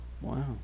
Wow